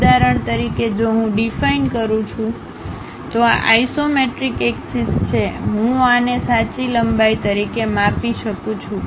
ઉદાહરણ તરીકે જો હું ડીફાઈન કરું છું તો આ આઇસોમેટ્રિક એક્સિસ છે હું આને સાચી લંબાઈ તરીકે માપી શકું છું